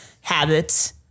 habits